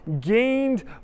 gained